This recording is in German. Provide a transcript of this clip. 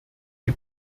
die